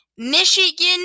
Michigan